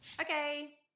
Okay